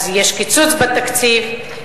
יש קיצוץ בתקציב.